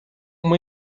uma